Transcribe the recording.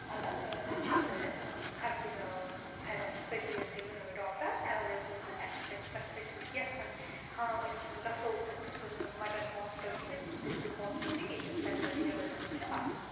الگ تَتہِ چھِ آسان اَسہِ ہر کُنہِ سپیشَلِسٹہٕ ہُنٛد ڈاکٹَر ایوَیٚلیبٕل تہٕ اَسہِ چھِ تَتہِ پرٛؠفَر أسۍ چھِ یَژھان ہاں أسۍ گَژھَو أسۍ گژھُو نہٕ مَٹَن ہاسپِٹَل کینٛہہ أسۍ گژھَو ڈِسٹرک ہاسپِٹلٕے ییٚتہِ أسۍ فیسَلٹی ایوَیٚلیبٕل چھِ آسان